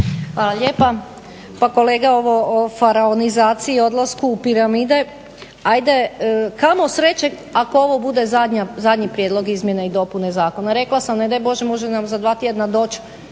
Ana (HDZ)** Pa kolega o faraonizaciji i odlasku u piramide, ajde kamo sreće ako odo bude zadnji prijedlog izmjena i dopuna zakona. Rekla sam ne daj Bože može nam za dva tjedna doći